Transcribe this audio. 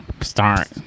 Start